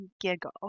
giggle